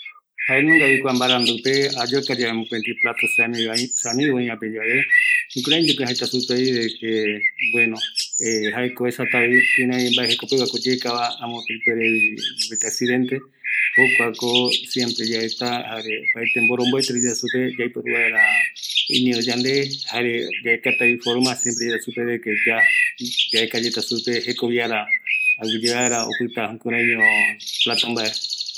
﻿Jaenunga vi kua mbarandupe, ayoka yave mopeti plato se amiga oïape yave, jukuraiñoko jaeta supevi, de que bueno, jaeko oesata kirai mbae jeko peguako oyekava, amope ipuerevi, mopeti accidente, jokuako siempre yaeta, jare opaete mboromboete ndie yaeta supe, yaiporu vaera iñiro yande, jare yaekatavi forma, siempre yaera supe de que ya, yaekayeta supe jekoviara, aguiye vaera opita jukuraiño plato mbae